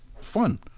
fun